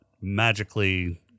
magically